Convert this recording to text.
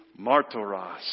martoros